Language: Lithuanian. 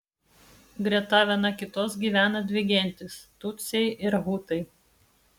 greta viena kitos gyvena dvi gentys tutsiai ir hutai